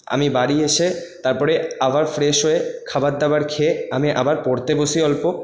আমি বাড়ি এসে তারপরে আবার ফ্রেস হয়ে খাবার দাবার খেয়ে আমি আবার পড়তে বসি অল্প